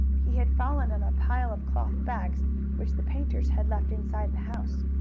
he had fallen on a pile of cloth bags which the painters had left inside the house.